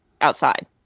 outside